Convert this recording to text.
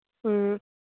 ꯎꯝ